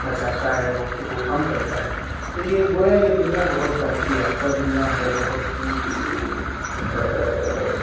بچاتا ہے وقت کو کم کرتا ہے تو یہ گویا یہ دنیا بہت ترقی یافتہ دنیا ہے بہت ہی